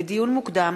לדיון מוקדם: